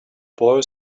boy